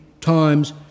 times